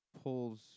pulls